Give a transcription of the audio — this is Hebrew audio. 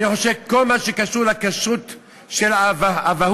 אני חושב שכל מה שקשור לכשרות של אבהות,